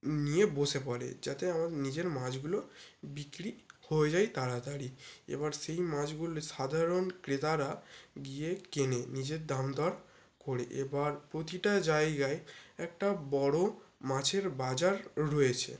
নিয়ে বসে পড়ে যাতে আমার নিজের মাছগুলো বিক্রি হয়ে যায় তাড়াতাড়ি এবার সেই মাছগুলো সাধারণ ক্রেতারা গিয়ে কেনে নিজের দাম দর করে এবার প্রতিটা জায়গায় একটা বড় মাছের বাজার রয়েছে